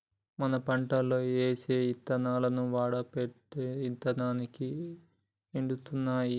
మనం పంటలో ఏసే యిత్తనాలను వాడపెట్టడమే ఇదానాన్ని ఎడుతున్నాం